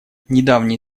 недавние